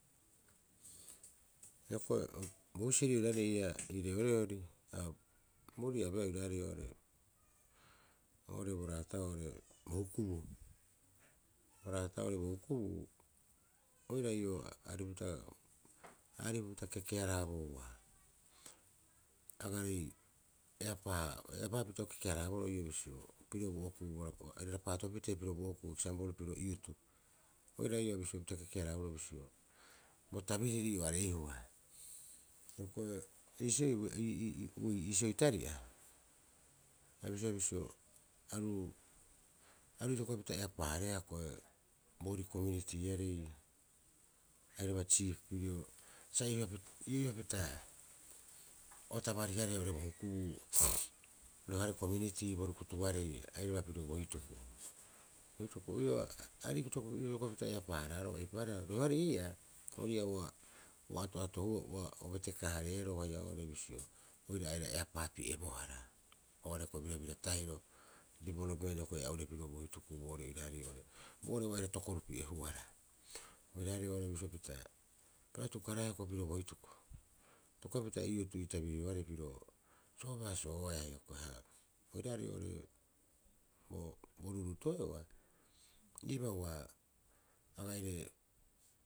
Hioko'i bo husiri oiraarei ii'aa ii reoreori boorii abeea oiraarei oo'ore- oo'ore bo raata'oo bo hukubuu bo raata'oo bo hukubuu oira ii'oo aripupita- a aripupita keke- haraa- bouba agaarei eapaa- eapaapita o keke- haraa- boroo ii'oo bisio pirio bo okuu aira rapaato pitee pirio bo okuu eksampol pirio iutu oira ii'oo bisiopita keke- haraa- boroo bo tabiriri ii'oo aareihua, hioko'i iisioi iisioi tari'a abisioe bisio aru- aru itokopapita eapaahareea ko'e boorii komiunitiiarei airaba tsip pirio sa iho- iho'ihopita o tabari- harehe oo'ore bo hukubuu rohearei komiunitii bo rukutuarei airaba pirio bo hituku- bo hituku ii'oo aarei itokopapita eapaaharaaroo eipaareha roheoarei ii'aa ori ii'aa ua- ua ato'ato ua o betekaa- hareeroo haia oo'ore bisio oira aira eapaapi'e bo- hara oo'ore bo birabira tahiro divolopment hioko'i ea'ure pirio bo hituku boorii oiraarei oo'ore bisio pita piro atukaraea ko'e pirio bo hituku. Itokopapita iutu iitabirioarei piro soobeasooea hioko'e ha, oiraarei oo'ore o- bo ruuruutoe'oa iibaa ua agaire.